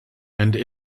and